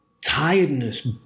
tiredness